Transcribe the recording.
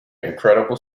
incredible